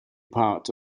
part